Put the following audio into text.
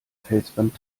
felswand